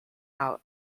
out